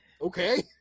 okay